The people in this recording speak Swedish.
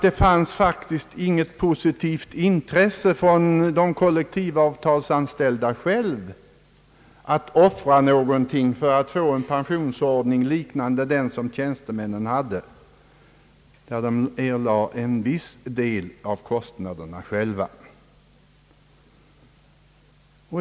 Det fanns faktiskt inte något positivt intresse bland de kollektivavtalsanställda själva att offra någonting för att få en pensionsordning liknande den som tjänstemännen hade och som innebar att de erlade en viss del av kostnaderna själva.